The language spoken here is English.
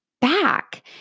back